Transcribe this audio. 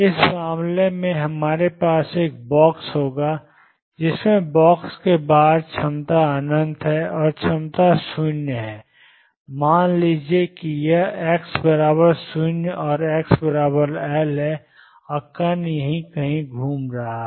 इस मामले में हमारे पास एक बॉक्स होगा जिसमें बॉक्स के बाहर क्षमता अनंत है और क्षमता 0 है मान लीजिए कि यह x 0 x L है और कण यहां घूम रहा है